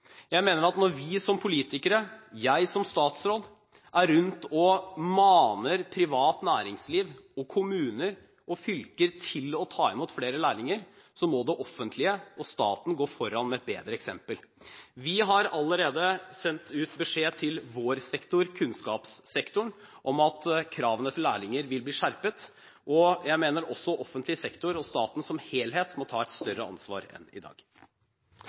Jeg mener at når vi som politikere og jeg som statsråd er rundt og maner privat næringsliv og kommuner og fylker til å ta imot flere lærlinger, må det offentlige og staten gå foran med et bedre eksempel. Vi har allerede sendt ut beskjed til vår sektor, kunnskapssektoren, om at kravene til lærlinger vil bli skjerpet, og jeg mener også at offentlig sektor og staten som helhet må ta et større ansvar enn i dag.